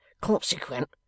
consequent